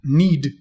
need